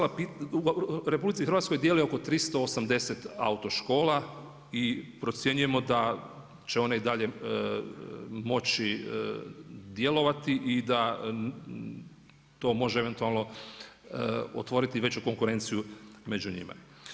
U RH djeluje oko 380 autoškola i procjenjujemo da će one i dalje moći djelovati i da to može eventualno otvoriti veću konkurenciju među njima.